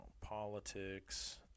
politics